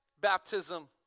baptism